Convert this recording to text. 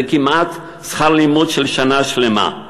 שזה כמעט שכר לימוד של שנה שלמה.